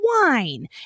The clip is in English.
wine